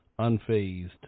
unfazed